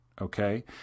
Okay